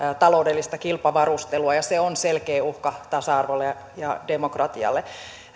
taloudellista kilpavarustelua se on selkeä uhka tasa arvolle ja demokratialle